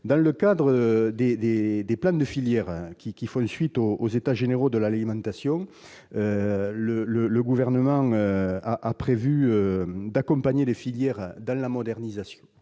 Dans le cadre des plans de filière faisant suite aux États généraux de l'alimentation, le Gouvernement a prévu d'accompagner les filières dans leur modernisation.